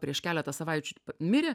prieš keletą savaičių mirė